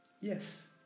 Yes